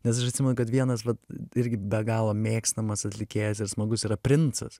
nes aš atsimenu kad vienas vat irgi be galo mėgstamas atlikėjas ir smagus yra princas